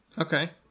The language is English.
Okay